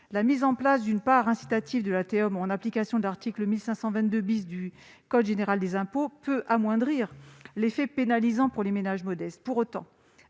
la mise en place d'une part incitative de la TEOM en application de l'article 1522 du code général des impôts peut amoindrir l'effet pénalisant pour les ménages modestes, elle ne